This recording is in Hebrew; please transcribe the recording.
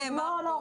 לא,